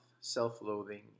self-loathing